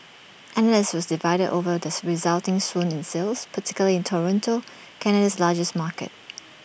analysts was divided over this resulting swoon in sales particularly in Toronto Canada's largest market